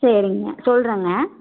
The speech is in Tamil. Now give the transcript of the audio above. சரிங்க சொல்லுறேங்க